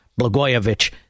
Blagojevich